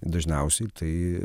dažniausiai tai